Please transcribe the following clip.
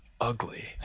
ugly